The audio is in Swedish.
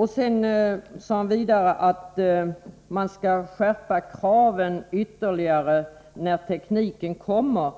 Han sade vidare att man skall skärpa kraven ytterligare, när tekniken kommer.